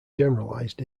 generalized